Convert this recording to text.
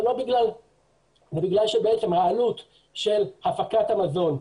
זה בגלל שהעלות של הפקת המזון,